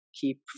keep